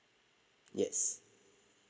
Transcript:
yes